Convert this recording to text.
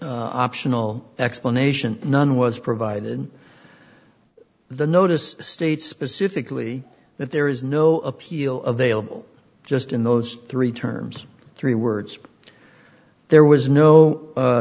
added optional explanation none was provided the notice states specifically that there is no appeal of ale just in those three terms three words there was no